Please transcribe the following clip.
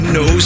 no